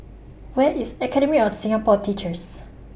Where IS Academy of Singapore Teachers